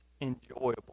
enjoyable